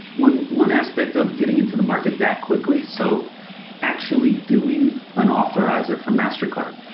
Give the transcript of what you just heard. one one aspect of getting into the market that quickly, so actually doing an authorizer for mastercard,